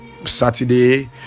saturday